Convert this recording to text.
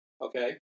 okay